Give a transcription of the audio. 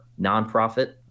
nonprofit